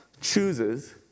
chooses